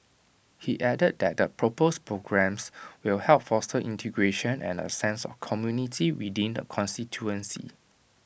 he added that the proposed programmes will help foster integration and A sense of community within the constituency